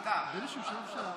לוועדת הכלכלה נתקבלה.